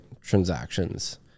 transactions